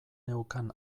neukan